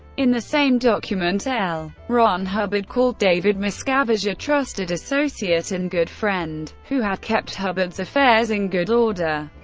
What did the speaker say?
in the same document l. ron hubbard called david miscavige a trusted associate and good friend who had kept hubbard's affairs in good order.